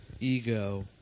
ego